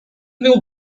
will